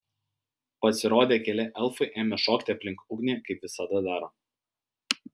pasirodę keli elfai ėmė šokti aplink ugnį kaip visada daro